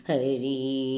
Hari